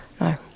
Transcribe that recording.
No